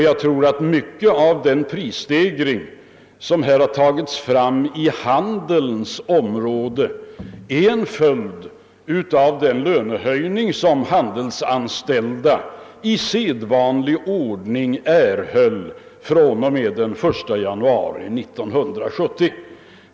Jag tror att mycket av den prisstegring som kommit fram på handelns område är en följd av den lönehöjning som handelsanställda i sedvanlig ordning erhöll, denna gång fr.o.m. den 1 januari 1970.